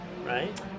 Right